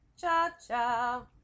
Cha-cha